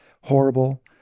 horrible